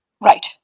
Right